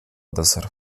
deser